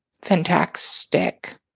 Fantastic